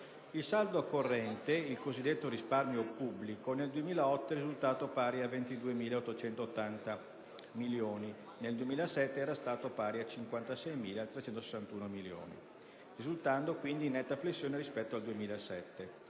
Il saldo corrente, il cosiddetto risparmio pubblico, nel 2008 è risultato pari a 22.880 (nel 2007 era stato pari a 56.361 milioni di euro), risultando in netta flessione rispetto al 2007,